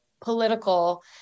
political